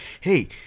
hey